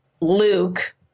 Luke